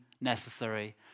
necessary